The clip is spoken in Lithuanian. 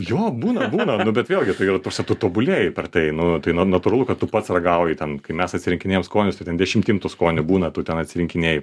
jo būna būna nu bet vėlgi tai yra ta prasme tu tobulėji per tai nu tai natūralu kad tu pats ragauji ten kai mes atsirinkinėjam skonius tai ten dešimtim tų skonių būna tu ten atsirinkinėji